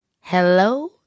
hello